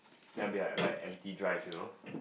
then will be like like empty drive you know